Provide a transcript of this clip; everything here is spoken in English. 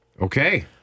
Okay